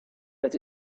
that